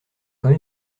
quand